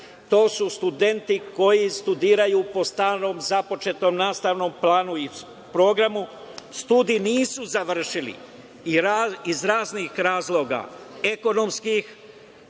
To su studenti koji studiraju po starom započetom nastavnom planu i programu. Studije nisu završili iz raznih razloga, ekonomskih,